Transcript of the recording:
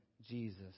Jesus